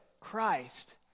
Christ